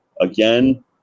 Again